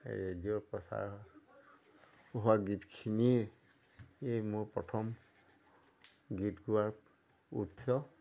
ৰেডিঅ'ত প্ৰচাৰ হোৱা গীতখিনিয়েই এই মোৰ প্ৰথম গীত গোৱাৰ উৎস